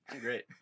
great